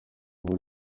ubu